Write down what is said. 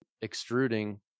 extruding